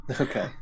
Okay